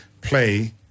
play